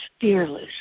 fearless